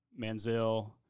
Manziel